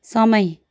समय